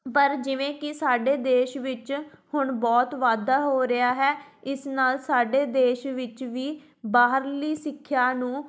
ਪਰ ਜਿਵੇਂ ਕਿ ਸਾਡੇ ਦੇਸ਼ ਵਿੱਚ ਹੁਣ ਬਹੁਤ ਵਾਧਾ ਹੋ ਰਿਹਾ ਹੈ ਇਸ ਨਾਲ਼ ਸਾਡੇ ਦੇਸ਼ ਵਿੱਚ ਵੀ ਬਾਹਰਲੀ ਸਿੱਖਿਆ ਨੂੰ